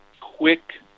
quick